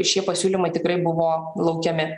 šie pasiūlymai tikrai buvo laukiami